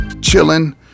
chilling